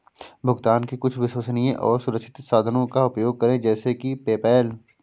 भुगतान के कुछ विश्वसनीय और सुरक्षित साधनों का उपयोग करें जैसे कि पेपैल